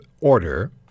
order